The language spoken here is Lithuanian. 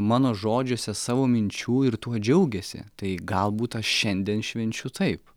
mano žodžiuose savo minčių ir tuo džiaugiasi tai galbūt aš šiandien švenčiu taip